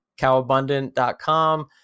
cowabundant.com